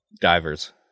divers